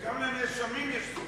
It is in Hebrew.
וגם לנאשמים יש זכויות.